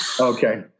Okay